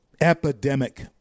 Epidemic